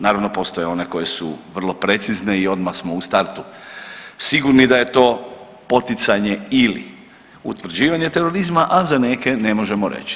Naravno postoje one koje su vrlo precizne i odmah smo u startu sigurni da je to poticanje ili utvrđivanje terorizma, a za neke ne može reći.